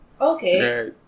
Okay